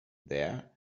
there